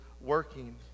working